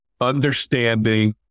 understanding